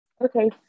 Okay